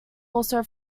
also